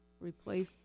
Replace